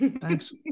thanks